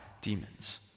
demons